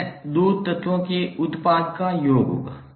यह 2 तत्वों के उत्पाद का योग होगा